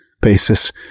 basis